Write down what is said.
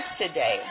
today